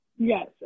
Yes